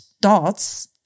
dots